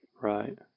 Right